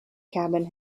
cabin